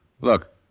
Look